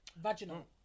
Vaginal